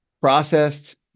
processed